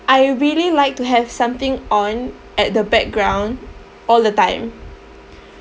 I really like to have something on at the background all the time